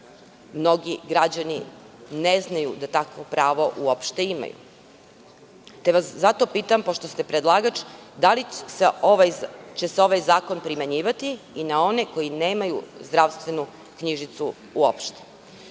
mnogi građani ne znaju da takvo pravo uopšte imaju. Zato vas pitam, pošto ste predlagač, da li će se ovaj zakon primenjivati i na one koji nemaju zdravstvenu knjižicu